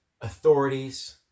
authorities